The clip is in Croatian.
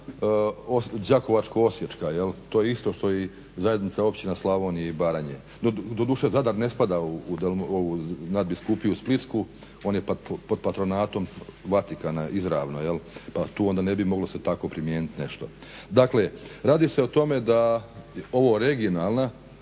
Đakovačko-osječka jel'. To je isto što i zajednica općina Slavonije i Baranje. Doduše Zadar ne spada u ovu nadbiskupiju splitsku, on je pod patronatom Vatikana izravno jel' pa tu onda ne bi moglo se tako primijeniti nešto. Dakle, radi se o tome da ovo regionalna